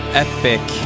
epic